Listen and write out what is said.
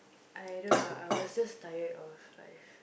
I don't know I was just tired of life